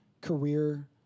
career